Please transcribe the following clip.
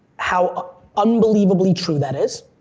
how unbelievably true that is,